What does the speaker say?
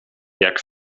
jak